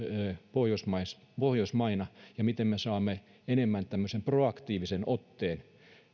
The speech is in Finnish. pohjoismaina ja miten me saamme enemmän tällaisen proaktiivisen otteen